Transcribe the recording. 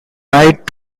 night